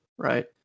right